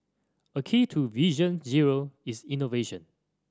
a key to Vision Zero is innovation